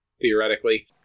theoretically